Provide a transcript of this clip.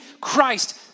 Christ